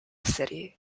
city